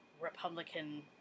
Republican